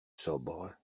sombre